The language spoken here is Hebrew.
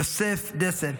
יוסף דסה,